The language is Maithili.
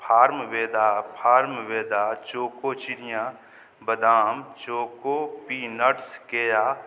फार्मवेदा फार्मवेदा चौको चिड़िआँ बादाम चौको पिनट्सके आओर